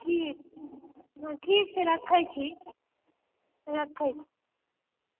ठीक ठीक छै राखए छी राखए छी